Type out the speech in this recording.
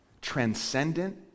transcendent